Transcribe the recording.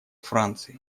франции